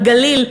בגליל,